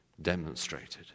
demonstrated